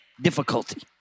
Difficulty